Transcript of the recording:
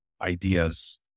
ideas